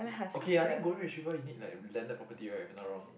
okay I think golden retriever you need like landed property right if I not wrong